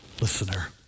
listener